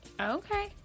Okay